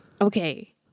Okay